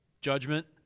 judgment